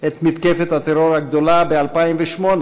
את מתקפת הטרור הגדולה במומבאי ב-2008,